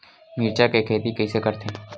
मिरचा के खेती कइसे करथे?